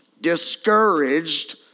discouraged